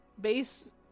base